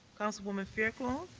councilwoman fairclough.